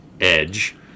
edge